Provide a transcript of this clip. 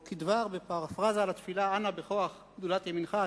או בפרפראזה על התפילה "אנא בכוח גדולת ימינך",